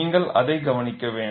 நீங்கள் அதை கவனிக்க வேண்டும்